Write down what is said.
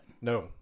No